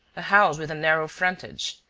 a house with a narrow frontage.